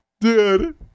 dude